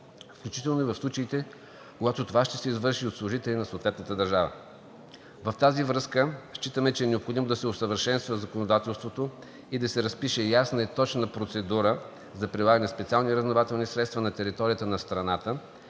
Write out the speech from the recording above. включително и в случаите, когато това ще се извършва от служители на съответната държава. В тази връзка считаме, че е необходимо да се усъвършенства законодателството и да се разпише ясна и точна процедура за прилагане на специални разузнавателни средства на територията на страната